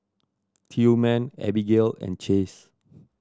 Tillman Abigale and Chace